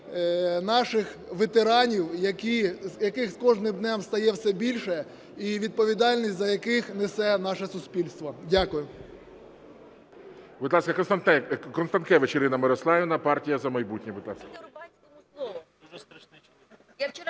наших ветеранів, яких з кожним днем стає все більше, і відповідальність за яких несе наше суспільство. Дякую.